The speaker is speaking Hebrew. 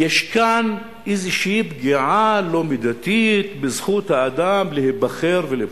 שיש כאן איזו פגיעה לא מידתית בזכות האדם להיבחר ולבחור.